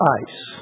ice